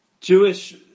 Jewish